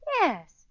Yes